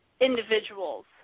individuals